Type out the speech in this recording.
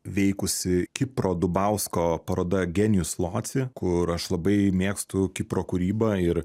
veikusi kipro dubausko paroda genijus loci kur aš labai mėgstu kipro kūrybą ir